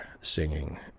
singing